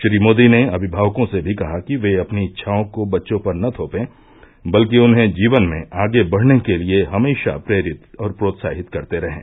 श्री मोदी ने अभिभावकों से भी कहा कि वे अपनी इच्छाओं को बच्चों पर न थोपें बल्कि उन्हें जीवन में आगे बढ़ने के लिए हमेशा प्रेरित और प्रोत्साहित करते रहें